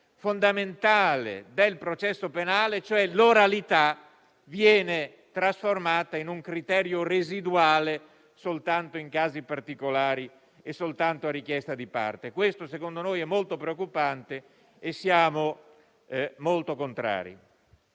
fondamentale del processo penale, cioè l'oralità, viene trasformato in un criterio residuale, soltanto in casi particolari e su richiesta di parte. Questo, secondo noi, è molto preoccupante e siamo assai contrari.